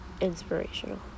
inspirational